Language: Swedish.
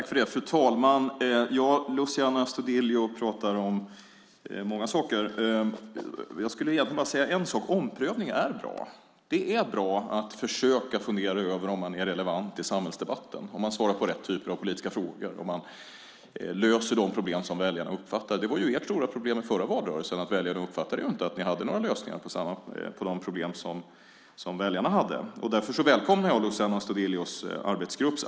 Fru talman! Luciano Astudillo pratar om många saker. Jag skulle egentligen bara säga en sak: Omprövning är bra. Det är bra att fundera över om man är relevant i samhällsdebatten, om man svarar på rätt typ av politiska frågor och om man löser de problem som väljarna uppfattar. Det var ju Socialdemokraternas stora problem i den förra valrörelsen. Väljarna uppfattade inte att ni hade några lösningar på deras problem. Därför välkomnar jag arbetet i Luciano Astudillos arbetsgrupp.